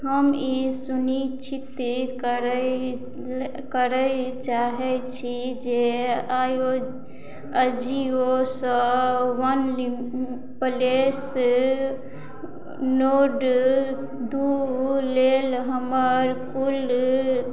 हम ई सुनिश्चित करय करय चाहै छी जे अजियो सऽ वनप्लस नोर्ड दू दू लेल हमर कुल